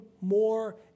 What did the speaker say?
more